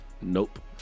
Nope